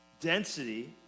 Density